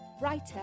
writer